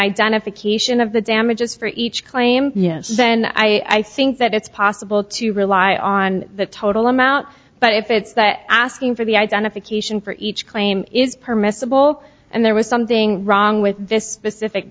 identification of the damages for each claim then i think that it's possible to rely on the total amount but if it's that asking for the identification for each claim is permissible and there was something wrong with this specific